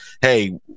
hey—